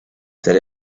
that